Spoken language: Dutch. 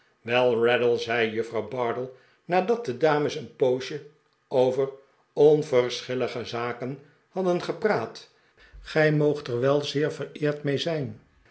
wel raddle zei juffrouw bardell nadat de dames een poosje over onverschillige zaken hadden gepraat gij moopt er wel zeer vereerd mee zijn